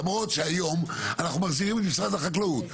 למרות שהיום אנחנו מחזירים את משרד החקלאות.